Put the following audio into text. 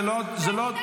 זה לא דיון,